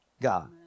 God